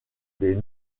des